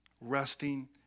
resting